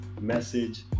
message